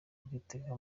bw’iteka